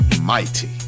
Mighty